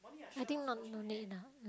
I think no need no need lah